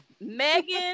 Megan